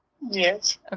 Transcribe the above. Yes